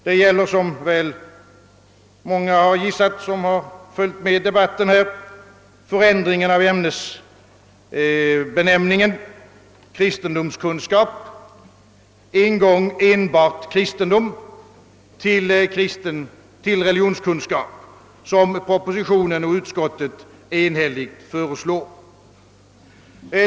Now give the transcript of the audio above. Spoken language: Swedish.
Det gäller -— som väl många av dem som följt debatten redan gissat — förändringen av ämnesbenämningen kristendomskunskap — en gång enbart kristendom — till religionskunskap, som propositionen och utskottet enhälligt föreslår.